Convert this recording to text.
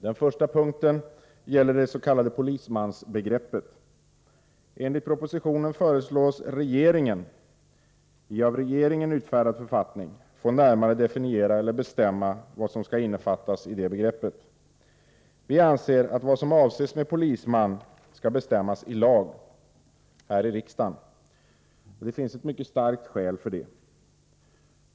Den första reservationen gäller det s.k. polismansbegreppet. Enligt propositionen föreslås regeringen i av regeringen utfärdad författning få närmare definiera eller bestämma vad som skall innefattas i detta begrepp. Vi anser att vad som avses med polisman skall bestämmas i lag här i riksdagen. Det finns ett mycket starkt skäl för det.